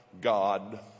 God